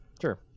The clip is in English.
sure